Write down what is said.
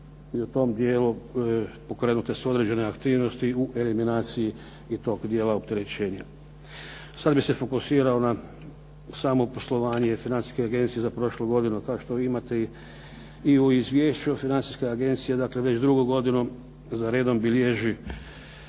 i u tom dijelu pokrenute su određene aktivnosti u eliminaciji i tog dijela opterećenja. Sad bi se fokusirao na samo poslovanje Financijske agencije za prošlu godinu. Kao što imate i u izvješću Financijske agencije, dakle već drugu godinu za redom bilježi